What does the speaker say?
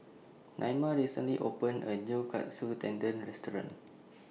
Naima recently opened A New Katsu Tendon Restaurant